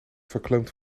verkleumd